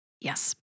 yes